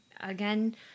again